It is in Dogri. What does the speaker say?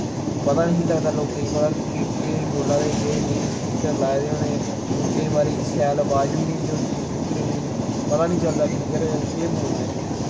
पता नेईं ही लगदा लोकेंई भला के केह् बोला दे केह् नेईं स्पीकर लाए दे होने केईं बार शैल अवाज बी नेईं होंदी स्पीकरें दी पता निं चलदा क्लियर केह् बोलदे न